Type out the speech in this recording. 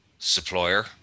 supplier